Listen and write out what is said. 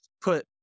Put